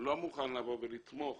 לא מוכן לבוא ולתמוך